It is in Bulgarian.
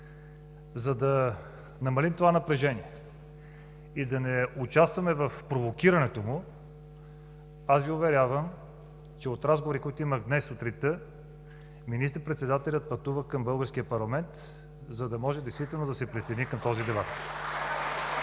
за да намалим това напрежение и да не участваме в провокирането му – уверявам Ви, че от разговорите, които имах днес сутринта, министър председателят пътува към българския парламент, за да може да се присъедини към този дебат.